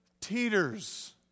teeters